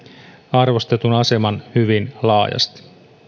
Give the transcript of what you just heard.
arvostetun aseman hyvin laajasti